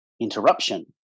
interruption